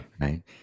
right